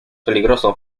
peligroso